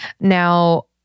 Now